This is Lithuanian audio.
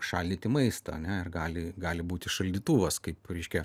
šaldyti maistą ane gali gali būti šaldytuvas kaip reiškia